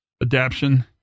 adaption